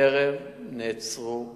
טרם נעצרו חשודים.